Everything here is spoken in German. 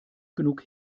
genug